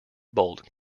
bolt